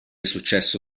successo